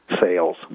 sales